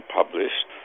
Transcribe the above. published